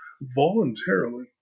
voluntarily